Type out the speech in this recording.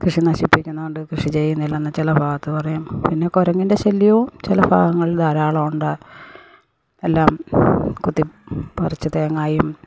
കൃഷി നശിപ്പിക്കുന്നുണ്ട് കൃഷി ചെയ്യുന്നില്ലെന്ന് ചില ഭാഗത്ത് പറയും പിന്നെ കുരങ്ങൻ്റെ ശല്യവും ചില ഭാഗങ്ങളിൽ ധാരാളം ഉണ്ട് എല്ലാം കൊത്തിപ്പറിച്ച് തേങ്ങായും